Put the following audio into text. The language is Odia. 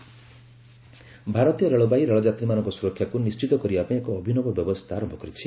ରେଲ୍ ବାଇସାଇକେଲ୍ ଭାରତୀୟ ରେଳବାଇ ରେଳଯାତ୍ରୀମାନଙ୍କ ସୁରକ୍ଷାକୁ ନିଶ୍ଚିତ କରିବା ପାଇଁ ଏକ ଅଭିନବ ବ୍ୟବସ୍ଥା ଆରନ୍ଭ କରିଛି